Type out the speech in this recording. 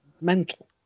mental